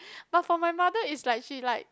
but for my mother is like she like